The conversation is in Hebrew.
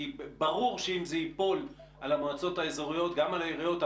ברור שאם זה ייפול על המועצות האזוריות גם על העיריות,